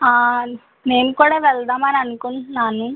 నేను కూడా వెళ్దామని అనుకుంట్నాను